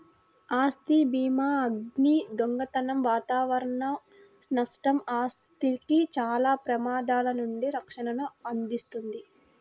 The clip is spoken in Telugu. ఆస్తి భీమాఅగ్ని, దొంగతనం వాతావరణ నష్టం, ఆస్తికి చాలా ప్రమాదాల నుండి రక్షణను అందిస్తుంది